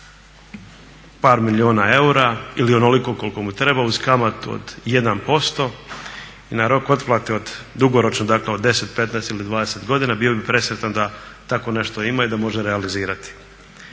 par milijuna eura ili onoliko koliko mu treba uz kamatu od 1% i na rok otplate od, dugoročno dakle od 10, 15, 20 godina, bio bi presretan da tako nešto ima i da može realizirati.